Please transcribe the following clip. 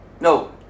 No